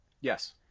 Yes